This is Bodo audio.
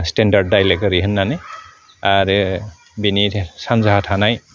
स्टेन्डार्द डाइलेक्ट ओरै होन्नानै आरो बिनि सानजाहा थानाय